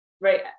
right